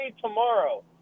tomorrow